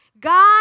God